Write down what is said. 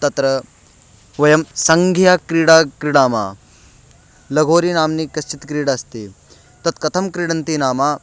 तत्र वयं सङ्घीयक्रीडां क्रीडामः लघोरिनाम्नि कश्चित् क्रीडा अस्ति तत् कथं क्रीडन्ति नाम